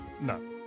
No